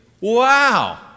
Wow